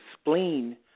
spleen